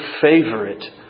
favorite